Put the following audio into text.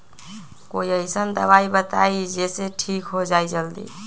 कोई अईसन दवाई बताई जे से ठीक हो जई जल्दी?